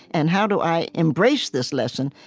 and how do i embrace this lesson,